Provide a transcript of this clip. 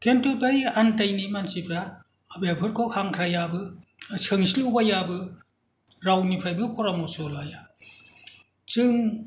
किन्तु बै आन्दायनाय मानसिफोरा बेफोरखौ हांख्रायाबो सोंस्लुयाबो रावनिफ्रायबो परामर्स' लाया जों